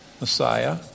Messiah